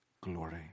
glory